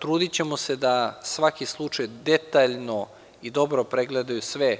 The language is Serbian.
Trudićemo se da svaki slučaj detaljno i dobro pregledaju sve